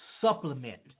supplement